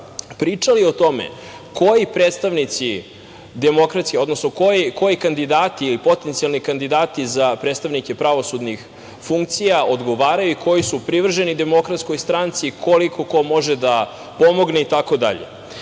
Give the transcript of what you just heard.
pričali o tome koji predstavnici, odnosno koji kandidati ili potencijalni kandidati za predstavnike pravosudnih funkcija odgovaraju i koji su privrženi DS, koliko ko može da pomogne itd.I